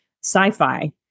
sci-fi